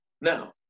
Now